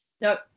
Nope